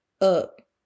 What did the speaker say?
Up